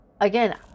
again